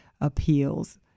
appeals